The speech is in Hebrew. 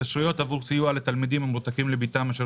עבור סיוע לתלמידים המרותקים לביתם אשר